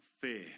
fear